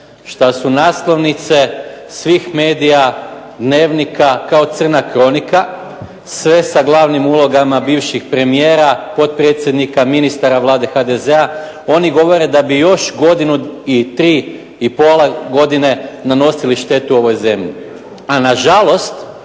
šta su naslovnice svih medija, dnevnika kao crna kronika, sve sa glavnim ulogama bivših premijera, potpredsjednika, ministara Vlade HDZ-a. Oni govore da bi još godinu i 3 i pola godine nanosili štetu ovoj zemlji. A na žalost